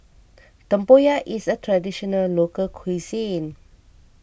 Tempoyak is a Traditional Local Cuisine